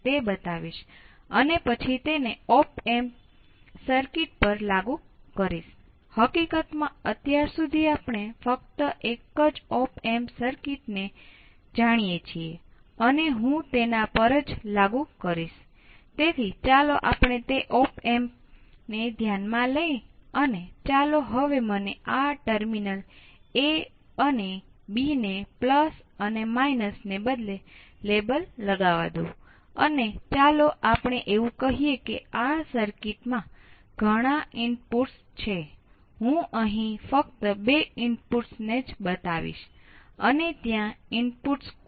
તેથી સામાન્ય રીતે આને V સમતળ કરવામાં આવે છે અને આને V સમતળ કરવામાં આવે છે અને તમે તેની સાથે કેટલોક વીજ પુરવઠો જોડો છો અને ગ્રાઉન્ડ નો ઉપયોગ કરી શકો છો